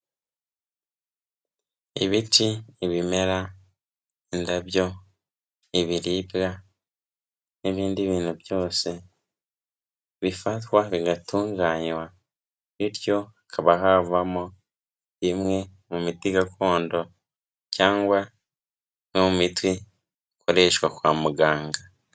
Ibiti, ibimera, indabyo, ibiribwa n'ibindi bintu byose, bifatwa bigatunganywa bityo hakaba havamo imwe mu miti gakondo, cyangwa no mu miti ikoreshwa kwa muganga.